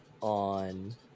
on